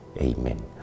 Amen